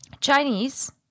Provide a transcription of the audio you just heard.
Chinese